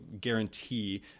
guarantee